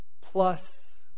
plus